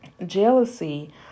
Jealousy